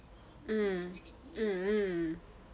mm mm mm